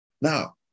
Now